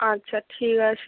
আচ্ছা ঠিক আছে